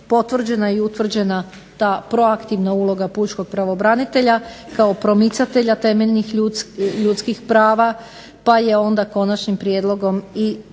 utvrđena i potvrđena ta proaktivna uloga pučkog pravobranitelja kao promicatelja temeljnih ljudskih prava, pa je onda Konačni prijedlog i propisuje da